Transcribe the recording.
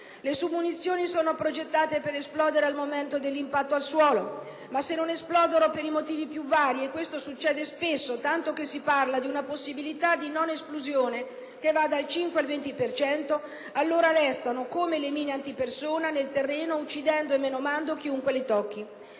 Le submunizioni sono progettate per esplodere al momento dell'impatto con il suolo, ma se non esplodono, per i motivi più vari - e questo succede spesso, tanto che si parla della possibilità di non esplosione che va dal 5 al 20 per cento - allora restano nel terreno come le mine antipersona, uccidendo e menomando chiunque le tocchi.